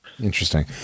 Interesting